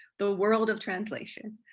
the world of translation.